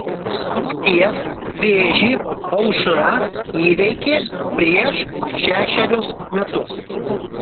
krūties vėžį aušra įveikė prieš šešerius metus